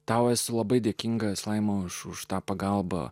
tau esu labai dėkingas laimo aš už tą pagalbą